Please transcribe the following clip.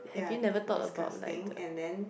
ya d~ disgusting and then